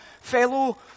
Fellow